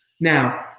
Now